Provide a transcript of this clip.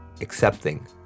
accepting